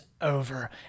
over